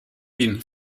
been